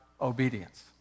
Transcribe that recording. obedience